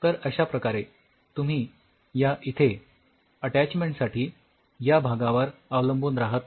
तर अश्या प्रकारे तुम्ही या इथे अटॅचमेंटसाठी या भागावर अवलंबून राहत नाही